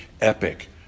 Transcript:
epic